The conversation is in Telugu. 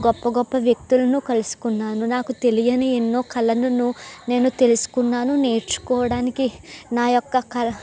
గొప్ప గొప్ప వ్యక్తులను కలుసుకున్నాను నాకు తెలియని ఎన్నో కళలను నేను తెలుసుకున్నాను నేర్చుకోవడానికి నా యొక్క కళ